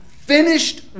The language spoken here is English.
finished